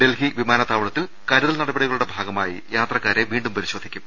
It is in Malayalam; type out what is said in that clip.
ഡൽഹി വിമാനത്താവളത്തിൽ കരുതൽ നടപടികളുടെ ഭാഗമായി യാത്രക്കാരെ വീണ്ടും പരിശോധിക്കും